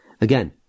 Again